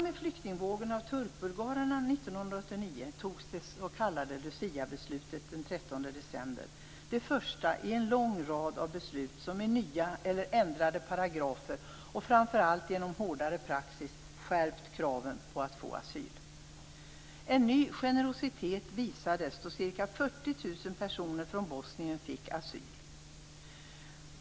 1989 fattades det s.k. Luciabeslutet den 13 december, det första i en lång rad av beslut som genom nya eller ändrade paragrafer och framför allt genom hårdare praxis skärpt kraven på att få asyl. En ny generositet visades då ca 40 000 personer från Bosnien fick asyl.